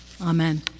Amen